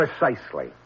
Precisely